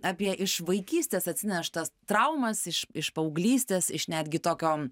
apie iš vaikystės atsineštas traumas iš iš paauglystės iš netgi tokio